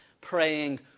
praying